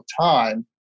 time